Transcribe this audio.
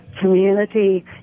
community